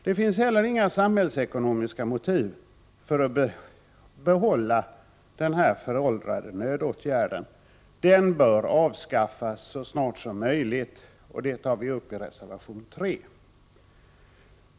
Det finns heller inga samhällsekonomiska motiv till att behålla den här föråldrade nödåtgärden. Den bör avskaffas så snart som möjligt, vilket vi tar upp i reservation 3.